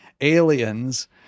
aliens